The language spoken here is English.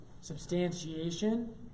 Substantiation